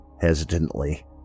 hesitantly